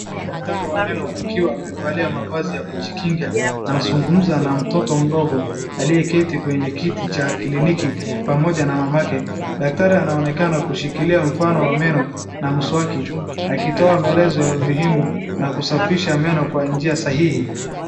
Daktari wa meno akiwa amevalia mavazi ya kujikinga, anazungumza na mtoto mdogo aliyeketi kwenye kiti cha kliniki pamoja na mamake, daktari anaonekana kushikilia mfano wa meno na mswaki akitoa maelezo ya umuhimu na kusafisha meno kwa njia sahihi.